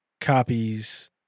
copies